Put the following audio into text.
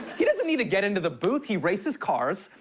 he doesn't need to get into the booth. he races cars.